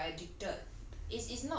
but that means that you are addicted